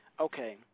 okay